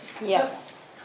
Yes